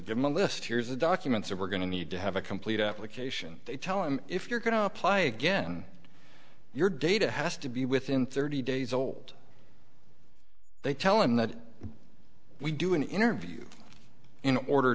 good list here's the documents that we're going to need to have a complete application they tell him if you're going to apply again your data has to be within thirty days old they tell him that we do an interview in order